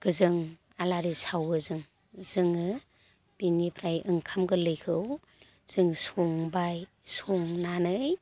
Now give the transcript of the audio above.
गोजों आलारि सावो जों जोङो बिनिफ्राय ओंखाम गोरलैखौ जों संबाय संनानै